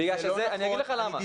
אני אגיד לך למה.